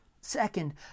Second